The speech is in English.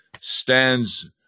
stands